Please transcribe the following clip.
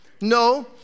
No